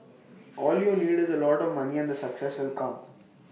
all you need is A lot of money and the success will come